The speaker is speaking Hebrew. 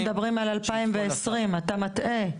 אנחנו מדברים על 2020. אתה מטעה.